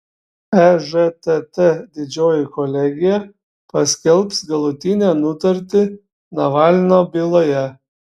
ežtt didžioji kolegija paskelbs galutinę nutartį navalno byloje